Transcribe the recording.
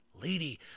lady